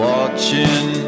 Watching